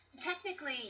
Technically